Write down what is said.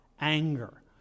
anger